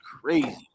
crazy